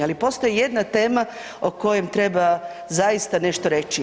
Ali postoji jedna tema o kojem treba zaista nešto reći.